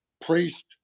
priest